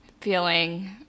feeling